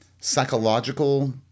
psychological